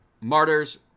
Martyrs